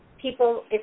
people